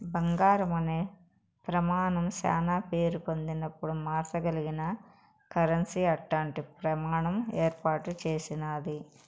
బంగారం అనే ప్రమానం శానా పేరు పొందినపుడు మార్సగలిగిన కరెన్సీ అట్టాంటి ప్రమాణం ఏర్పాటు చేసినాది